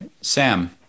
Sam